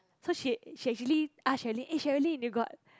so she she actually ask Sherilyn eh Sherilyn you got